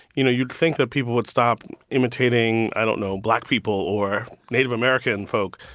you know, you'd think that people would stop imitating, i don't know, black people or native american folk,